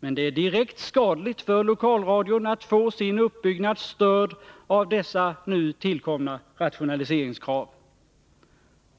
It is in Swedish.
Men det är direkt skadligt för lokalradion att få sin uppbyggnad störd av dessa nu tillkomna rationaliseringskrav.